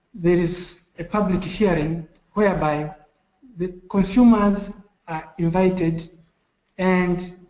there is a public hearing whereby the consumers are invited and